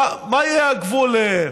מה יהיה הגבול?